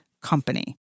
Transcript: Company